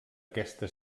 aquesta